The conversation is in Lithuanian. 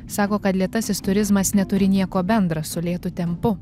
sako kad lėtasis turizmas neturi nieko bendra su lėtu tempu